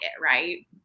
right